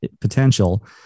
potential